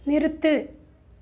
நிறுத்து